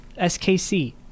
SKC